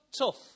tough